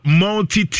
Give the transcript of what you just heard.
multi